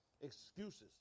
excuses